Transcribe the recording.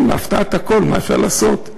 כן, להפתעת הכול, מה אפשר לעשות?